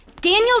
Daniel